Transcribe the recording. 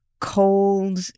cold